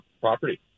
property